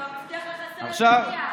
הוא גם הבטיח לחסל את הנייה.